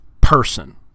person